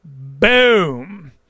Boom